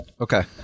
Okay